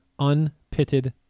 unpitted